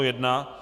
1.